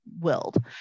willed